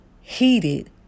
heated